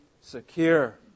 secure